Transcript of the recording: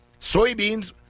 Soybeans